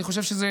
אני חושב שזה